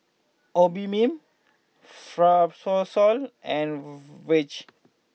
Obimin Fibrosol and Vichy